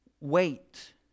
wait